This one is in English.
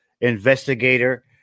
investigator